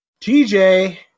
TJ